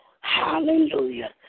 hallelujah